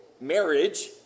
marriage